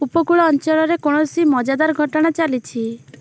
ଉପକୂଳ ଅଞ୍ଚଳରେ କୌଣସି ମଜାଦାର ଘଟଣା ଚାଲିଛି